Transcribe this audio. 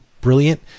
brilliant